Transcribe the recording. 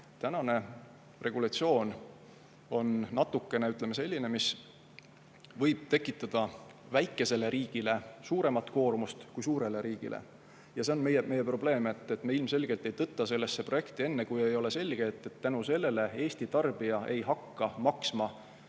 sest regulatsioon on selline, mis võib tekitada väikesele riigile suuremat koormust kui suurele riigile. Ja see on meie probleem. Nii et me ilmselgelt ei tõtta sellesse projekti enne, kui ei ole selge, et Eesti tarbija ei pea hakkama